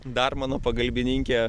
dar mano pagalbininkė